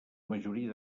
majoria